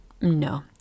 no